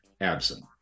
absent